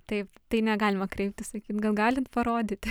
taip tai negalima kreiptis sakyt gal galit parodyti